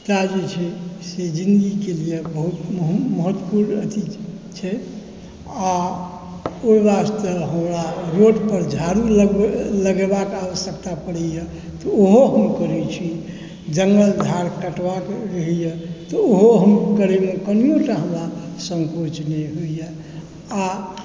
ता जे छै से जिन्दगीके लिए बहुत महत्वपुर्ण अथी छै आओर ओहि वास्ते हमरा रोड पर झाड़ू लगेबाक आवश्यकता पड़ैेया तऽ ओहो हम करै छी जङ्गल झाड़ काटबाक रहैया तऽ ओहो हम करैमे कनिओटा हमरा सङ्कोच नहि होइया आओर